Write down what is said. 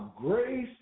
grace